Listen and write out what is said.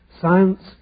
Science